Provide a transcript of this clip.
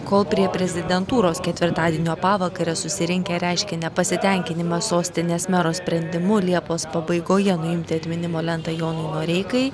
kol prie prezidentūros ketvirtadienio pavakarę susirinkę reiškė nepasitenkinimą sostinės mero sprendimu liepos pabaigoje nuimti atminimo lentą jonui noreikai